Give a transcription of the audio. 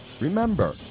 Remember